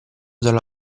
dalla